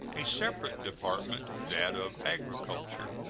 a separate department, that of agriculture.